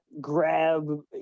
grab